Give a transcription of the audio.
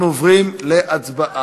אנחנו עוברים להצבעה.